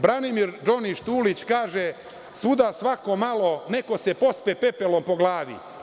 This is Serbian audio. Branimir DŽoni Štulić kaže – svuda svako malo neko se pospe pepelom po glavi.